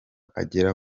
agera